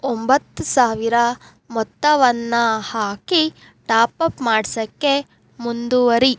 ಒಂಬತ್ತು ಸಾವಿರ ಮೊತ್ತವನ್ನು ಹಾಕಿ ಟಾಪಪ್ ಮಾಡ್ಸೋಕ್ಕೆ ಮುಂದುವರಿ